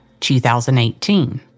2018